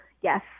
yes